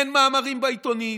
אין מאמרים בעיתונים,